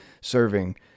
serving